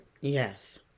Yes